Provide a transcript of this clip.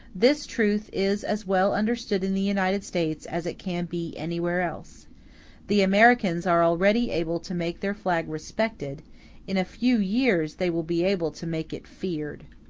this truth is as well understood in the united states as it can be anywhere else the americans are already able to make their flag respected in a few years they will be able to make it feared.